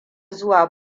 zuwa